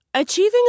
Achieving